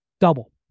Double